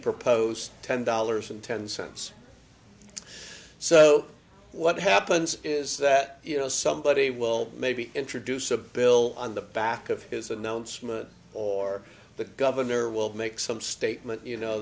proposed ten dollars and ten cents so what happens is that you know somebody will maybe introduce a bill on the back of his announcement or the governor will make some statement you know